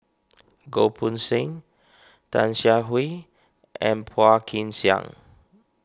Goh Poh Seng Tan Siah Kwee and Phua Kin Siang